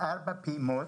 במשך ארבע פעימות,